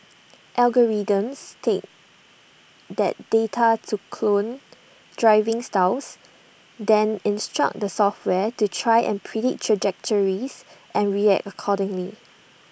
algorithms take that data to clone driving styles then instruct the software to try and predict trajectories and react accordingly